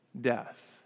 death